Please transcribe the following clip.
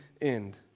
end